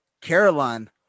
Caroline